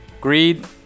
Greed